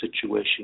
situation